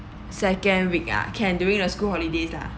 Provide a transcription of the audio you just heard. second week ah can during the school holidays lah